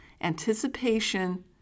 anticipation